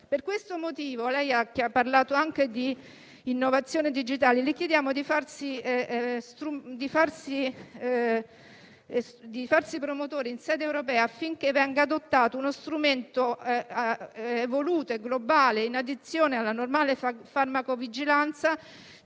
alla medicina. Lei ha parlato anche di innovazione digitale e, per questo motivo, le chiediamo di farsi promotore in sede europea affinché venga adottato uno strumento evoluto e globale, in addizione alla normale farmacovigilanza,